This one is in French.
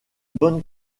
bonne